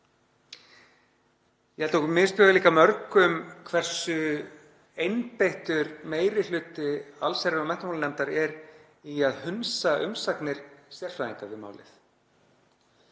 Ég held að okkur misbjóði líka mörgum hversu einbeittur meiri hluti allsherjar- og menntamálanefndar er í að hunsa umsagnir sérfræðinga um málið.